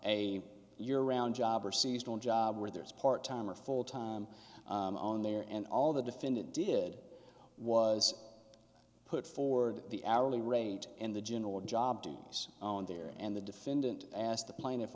a year round job or seasonal job where there's part time or full time on there and all the defendant did was put forward the hourly rate and the general job he's on there and the defendant asked the pla